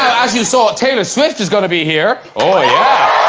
as you saw taylor swift is gonna be here. oh, yeah